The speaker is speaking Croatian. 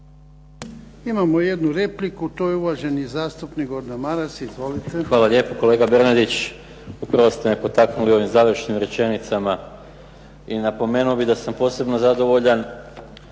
Imamo jednu repliku. To je uvaženi zastupnik Gordan Maras. Izvolite. **Maras, Gordan (SDP)** Hvala lijepo. Kolega Bernardić, upravo ste me potaknuli ovim završnim rečenicama, i napomenuo bih da sam posebno zadovoljan